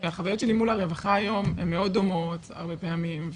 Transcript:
והחוויות שלי מול הרווחה היום הן מאוד דומות הרבה פעמים,